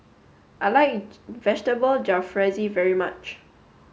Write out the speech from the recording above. I like vegetable Jalfrezi very much